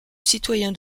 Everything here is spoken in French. citoyen